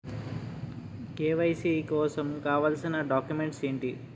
KYC కోసం కావాల్సిన documents ఎంటి?